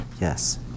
yes